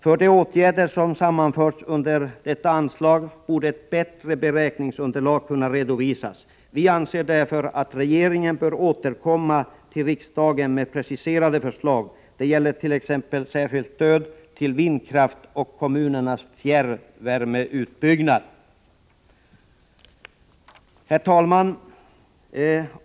För de åtgärder som sammanförts under detta anslag borde ett bättre beräkningsunderlag kunna redovisas. Vi anser därför att regeringen bör återkomma till riksdagen med preciserade förslag. Detta gäller särskilt t.ex. stödet till vindkraft och kommunernas fjärrvärmeutbyggnad. Herr talman!